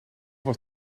was